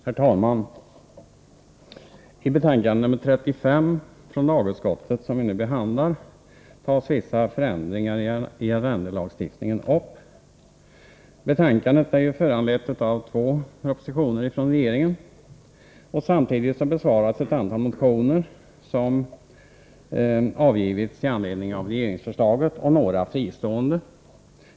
Herr talman! I betänkande nr 35 från lagutskottet, som vi nu behandlar, tas vissa förändringar i arrendelagstiftningen upp. Betänkandet är föranlett av två propositioner från regeringen. Samtidigt besvaras ett antal motioner som avgivits i anledning av regeringsförslaget och några fristående.